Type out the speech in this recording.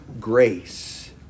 grace